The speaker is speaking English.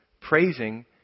praising